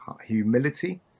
Humility